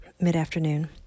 mid-afternoon